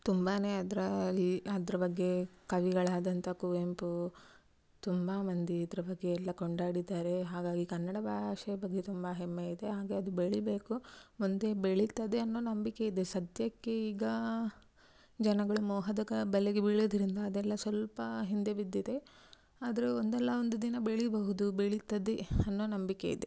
ತುಂಬಾ ಅದ್ರಲ್ಲಿ ಅದ್ರ ಬಗ್ಗೆ ಕವಿಗಳಾದಂಥ ಕುವೆಂಪು ತುಂಬ ಮಂದಿ ಇದ್ರ ಬಗ್ಗೆ ಎಲ್ಲಾ ಕೊಂಡಾಡಿದ್ದಾರೆ ಹಾಗಾಗಿ ಕನ್ನಡ ಭಾಷೆಯ ಬಗ್ಗೆ ತುಂಬ ಹೆಮ್ಮೆ ಇದೆ ಹಾಗೆ ಅದು ಬೆಳೀಬೇಕು ಮುಂದೆ ಬೆಳೀತದೆ ಅನ್ನೋ ನಂಬಿಕೆ ಇದೆ ಸಧ್ಯಕ್ಕೆ ಈಗ ಜನಗಳು ಮೋಹದ ಬಲೆಗೆ ಬೀಳೋದರಿಂದ ಅದೆಲ್ಲ ಸ್ವಲ್ಪ ಹಿಂದೆ ಬಿದ್ದಿದೆ ಆದರೂ ಒಂದಲ್ಲ ಒಂದು ದಿನ ಬೆಳೀಬಹುದು ಬೆಳೀತದೆ ಅನ್ನೋ ನಂಬಿಕೆ ಇದೆ